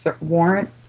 warrant